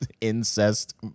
incest